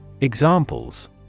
Examples